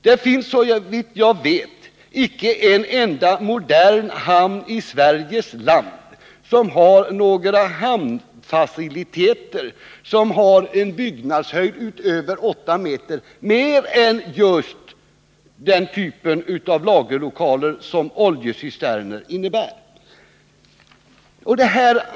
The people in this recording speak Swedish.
Det finns såvitt jag vet icke en enda modern hamn i Sveriges land med hamnfaciliteter som har en byggnadshöjd utöver 8 m, mer än just den typ av lagerlokaler som oljecisterner innebär.